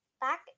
back